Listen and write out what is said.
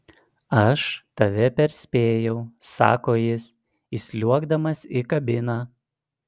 aš tave perspėjau sako jis įsliuogdamas į kabiną